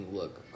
look